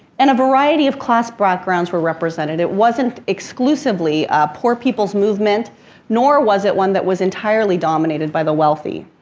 and a variety of class backgrounds were represented. it wasn't exclusively a poor people's movement nor was it one that was entirely dominated by the wealthy.